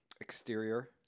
exterior